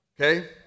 Okay